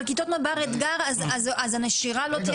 אבל כיתות מב"ר-אתגר אז הנשירה לא תהיה